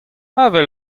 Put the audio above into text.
avel